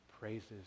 praises